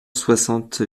soixante